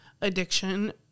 addiction